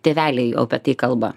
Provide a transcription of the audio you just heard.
tėveliai jau apie tai kalba